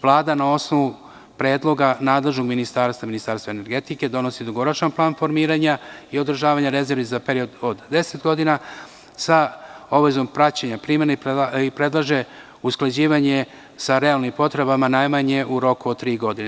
Vlada na osnovu predloga nadležnog ministarstva, Ministarstva energetike, donosi dugoročan plan formiranja i održavanja rezervi za period od 10 godina, sa obavezom praćenja primene i predlaže usklađivanje sa realnim potrebama najmanje u roku od tri godine.